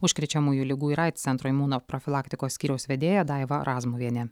užkrečiamųjų ligų ir aids centro imunoprofilaktikos skyriaus vedėja daiva razmuvienė